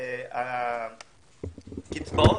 מהקצבאות,